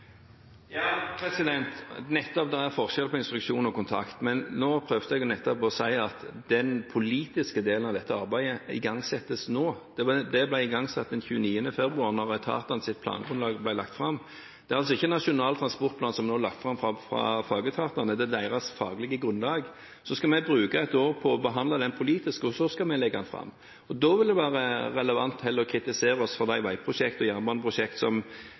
Nettopp, det er forskjell på instruksjon og kontakt, men nå prøvde jeg å si at den politiske delen av dette arbeidet igangsettes nå. Det ble igangsatt den 29. februar da etatenes plangrunnlag ble lagt fram. Det er ikke Nasjonal transportplan som nå er lagt fram fra fagetatene. Det er deres faglige grunnlag. Så skal vi bruke ett år på å behandle den politisk, og så skal vi legge den fram. Da vil det være relevant å kritisere oss for de veiprosjekt og jernbaneprosjekt som